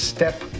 Step